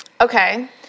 Okay